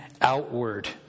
Outward